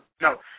No